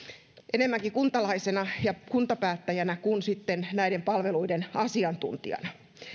enemmänkin kuntalaisena ja kuntapäättäjänä kuin sitten näiden palveluiden asiantuntijana